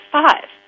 five